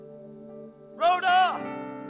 Rhoda